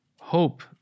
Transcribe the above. hope